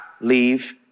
leave